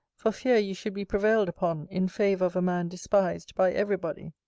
for fear you should be prevailed upon in favour of a man despised by every body.